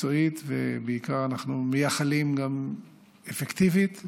ובעיקר אנחנו מייחלים שגם אפקטיבית,